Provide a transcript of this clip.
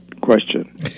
question